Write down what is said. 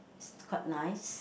it's quite nice